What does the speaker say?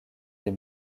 des